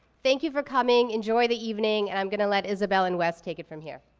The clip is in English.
thank you for coming, enjoy the evening, and i'm gonna let isabel and wes take it from here.